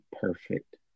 perfect